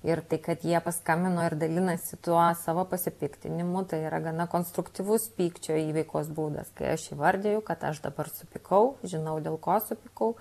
ir tai kad jie paskambino ir dalinasi tuo savo pasipiktinimu tai yra gana konstruktyvus pykčio įveikos būdas kai aš įvardiju kad aš dabar supykau žinau dėl ko supykau